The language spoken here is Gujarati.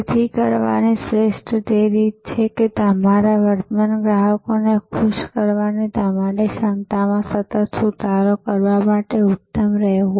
તેથી તે કરવાની શ્રેષ્ઠ રીત એ છે કે તમારા વર્તમાન ગ્રાહકોને ખુશ કરવાની તમારી ક્ષમતામાં સતત સુધારો કરવા માટે ઉત્તમ રહેવું